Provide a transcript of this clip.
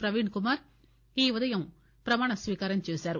ప్రవీణ్ కుమార్ ఈ ఉదయం ప్రమాణ స్వీకారం చేశారు